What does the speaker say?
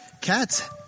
cats